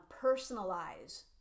personalize